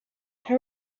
how